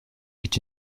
est